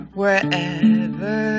wherever